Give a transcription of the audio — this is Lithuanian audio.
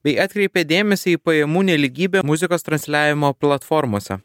bei atkreipia dėmesį į pajamų nelygybę muzikos transliavimo platformose